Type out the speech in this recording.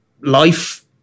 life